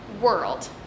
world